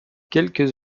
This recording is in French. quelques